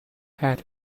tight